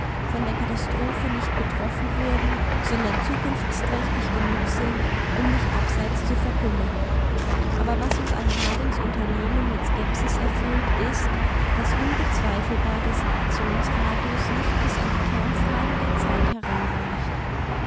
von der katastrophe nicht betroffen wurden sondern zukunftsträchtig genug sind um nicht abseits zu verkümmern aber was uns an hardings unternehmen mit skepsis erfüllt ist daß unbezweifelbar dessen aktionsradius nicht bis an die kernfragen der zeit